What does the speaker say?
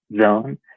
zone